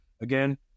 Again